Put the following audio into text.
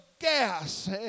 gas